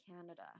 Canada